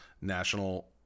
national